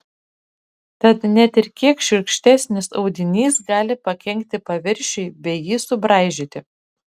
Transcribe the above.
tad net ir kiek šiurkštesnis audinys gali pakenkti paviršiui bei jį subraižyti